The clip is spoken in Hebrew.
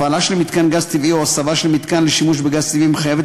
הפעלת מתקן גז טבעי או הסבת מתקן לשימוש בגז טבעי מחייבת